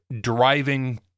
driving